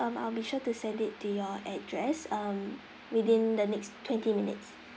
um I'll be sure to send it to your address um within the next twenty minutes